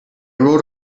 rode